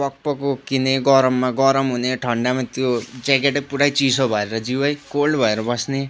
प्वाक प्वाक उक्किने गरममा गरम हुने ठन्डामा त्यो ज्याकेटै पुरै चियो भएर जिउ नै कोल्ड भएर बस्ने